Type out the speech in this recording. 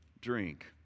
drink